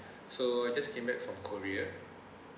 so I just came back from korea